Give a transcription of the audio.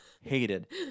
hated